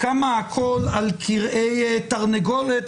כמה הכול על כרעי תרנגולת,